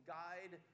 guide